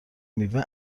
میوه